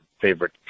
favorite